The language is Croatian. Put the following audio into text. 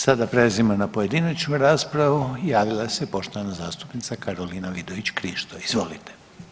Sada prelazimo na pojedinačnu raspravu i javila se poštovana zastupnica Karolina Vidović Krišto, izvolite.